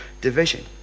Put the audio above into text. division